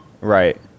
Right